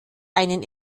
einen